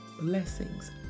blessings